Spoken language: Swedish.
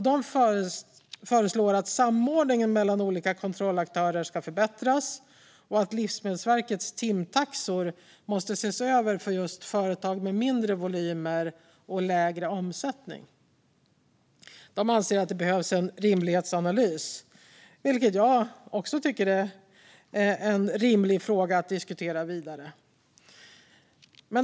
De föreslår att samordningen mellan olika kontrollaktörer ska förbättras och att Livsmedelsverkets timtaxor måste ses över för just företag med mindre volymer och lägre omsättning. De anser att det behövs en rimlighetsanalys, vilket jag också tycker är en rimlig fråga att diskutera vidare.